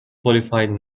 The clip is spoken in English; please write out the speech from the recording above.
qualified